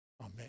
Amen